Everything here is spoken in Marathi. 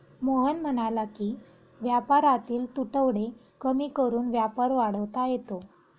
मोहन म्हणाला की व्यापारातील तुटवडे कमी करून व्यापार वाढवता येतो